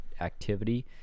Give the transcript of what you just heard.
activity